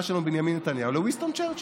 שלנו בנימין נתניהו לווינסטון צ'רצ'יל.